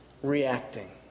Reacting